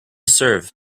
serve